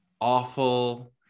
awful